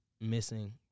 missing